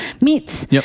meats